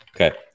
Okay